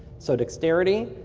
so dexterity,